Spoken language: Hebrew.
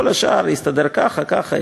כל השאר יסתדר ככה וככה,